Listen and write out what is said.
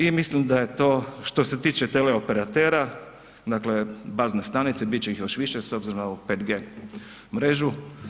I mislim da je to što se tile teleoperatera, dakle baznih stanica, bit će ih još više s obzirom na ovu 5G mrežu.